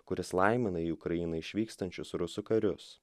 kuris laimina į ukrainą išvykstančius rusų karius